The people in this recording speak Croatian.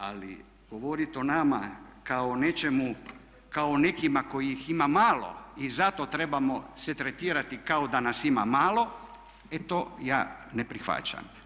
Ali govorit o nama kao o nečemu, kao o nekima kojih ima imali i zato trebamo se tretirati kao da nas ima malo e to ja ne prihvaćam.